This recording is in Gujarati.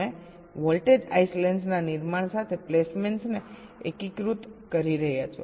તમે વોલ્ટેજ આઈસલેંડ્સ ના નિર્માણ સાથે પ્લેસમેન્ટને એકીકૃત કરી રહ્યા છો